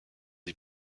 les